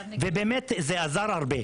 ובאמת זה עזר הרבה